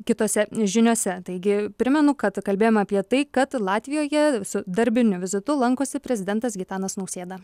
kitose žiniose taigi primenu kad kalbėjome apie tai kad latvijoje su darbiniu vizitu lankosi prezidentas gitanas nausėda